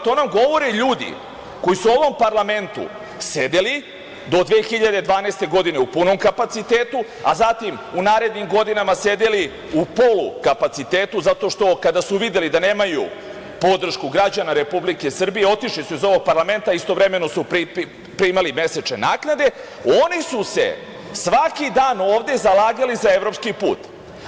To nam govore ljudi koji su u ovom parlamentu sedeli do 2012. godine u punom kapacitetu, a zatim u narednim godinama sedeli u polu kapacitetu zato što kada su videli da nemaju podršku građana Republike Srbije otišli su iz ovog parlamenta, istovremeno su primali mesečne naknade, oni su se svaki dan ovde zalagali sa evropski put.